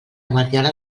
guardiola